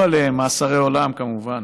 עליהם מאסרי עולם, כמובן.